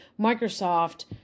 Microsoft